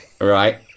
Right